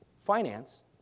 finance